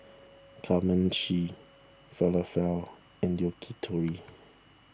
Kamameshi Falafel and Yakitori